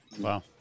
Wow